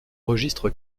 registre